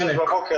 משעה 6:00 בבוקר.